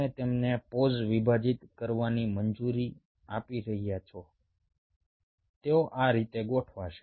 તમે તેમને પોઝ વિભાજિત કરવાની મંજૂરી આપી રહ્યા છો તેઓ આ રીતે ગોઠવશે